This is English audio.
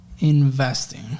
Investing